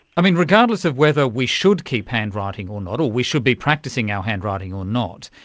i mean, regardless of whether we should keep handwriting or not or we should be practising our handwriting or not,